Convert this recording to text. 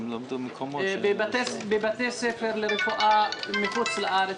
בבתי ספר לרפואה מחו"ל,